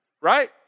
Right